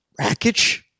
Rakic